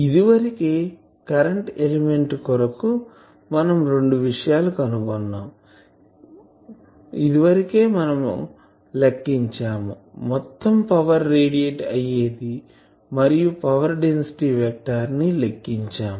ఇదివరకే current element కొరకు మనం రెండు విషయాలు కనుగొన్నాం ఇదివరకే మనం లెక్కించాము మొత్తం పవర్ రేడియేట్ అయ్యేది మరియు పవర్ డెన్సిటీ వెక్టార్ ని లెక్కించం